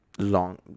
long